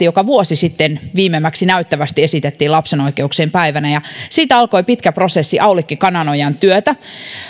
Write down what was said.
joka vuosi sitten viimeimmäksi näyttävästi esitettiin lapsen oikeuksien päivänä ja siitä alkoi pitkä prosessi aulikki kananojan työtä